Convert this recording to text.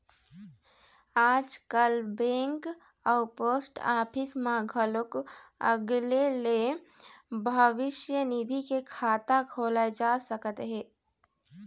आजकाल बेंक अउ post office म घलोक अलगे ले भविस्य निधि के खाता खोलाए जा सकत हे